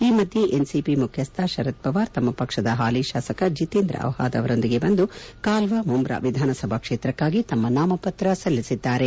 ಈ ಮಧ್ಯೆ ಎನ್ಸಿಪಿ ಮುಖ್ಯಸ್ಥ ಶರದ್ ಪವಾರ್ ತಮ್ಮ ಪಕ್ಷದ ಹಾಲಿ ಶಾಸಕ ಜಿತೇಂದ್ರ ಬಿಹಾದ್ ಅವರೊಂದಿಗೆ ಬಂದು ಕಾಲ್ವಾ ಮುಂಬ್ರಾ ವಿಧಾನಸಭಾ ಕ್ಷೇತ್ರಕ್ಕಾಗಿ ತಮ್ಮ ನಾಮಪತ್ರ ಸಲ್ಲಿಸಿದ್ದಾರೆ